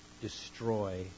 destroy